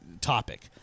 topic